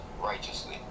righteously